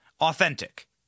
authentic